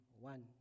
one